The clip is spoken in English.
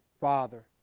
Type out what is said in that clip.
father